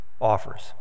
offers